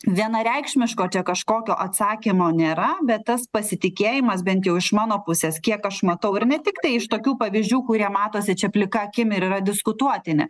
vienareikšmiško čia kažkokio atsakymo nėra bet tas pasitikėjimas bent jau iš mano pusės kiek aš matau ir ne tiktai iš tokių pavyzdžių kurie matosi čia plika akim ir yra diskutuotini